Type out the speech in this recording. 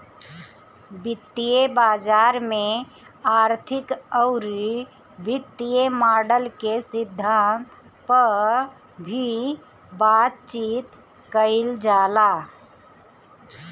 वित्तीय बाजार में आर्थिक अउरी वित्तीय मॉडल के सिद्धांत पअ भी बातचीत कईल जाला